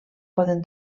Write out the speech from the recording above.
poden